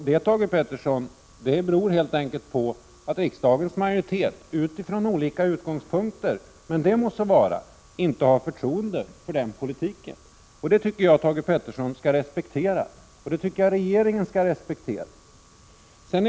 Det, Thage Peterson, beror helt enkelt på att riksdagens majoritet — utifrån olika utgångspunkter, det må så vara — inte har förtroende för den politiken. Det tycker jag att Thage Peterson och regeringen skall respektera.